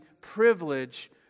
privilege